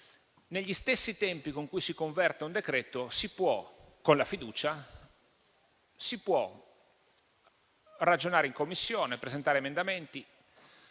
Negli stessi tempi con cui si converte un decreto-legge, con la fiducia si può ragionare in Commissione, presentare emendamenti,